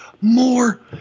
more